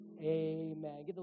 Amen